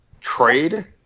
trade